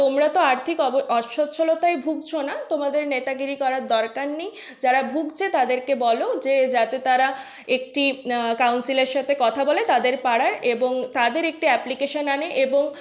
তোমরা তো আর্থিক অব অসচ্ছলতায় ভুগছো না তোমাদের নেতাগিরি করার দরকার নেই যারা ভুগছে তাদেরকে বলো যে যাতে তারা একটি কাউন্সিলের সাথে কথা বলে তাদের পাড়ার এবং তাদের একটি অ্যাপ্লিকেশন আনে এবং